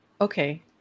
Okay